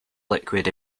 liquid